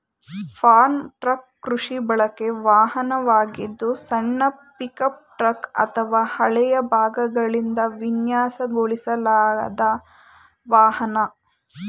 form truck ಕೃಷಿ ಬಳಕೆ ವಾಹನವಾಗಿದ್ದು ಸಣ್ಣ ಪಿಕಪ್ ಟ್ರಕ್ ಅಥವಾ ಹಳೆಯ ಭಾಗಗಳಿಂದ ವಿನ್ಯಾಸಗೊಳಿಸಲಾದ ವಾಹನ